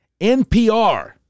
NPR